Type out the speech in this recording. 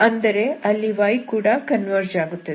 ಅಂದರೆ ಅಲ್ಲಿ y ಕೂಡ ಕನ್ವರ್ಜ್ ಆಗುತ್ತದೆ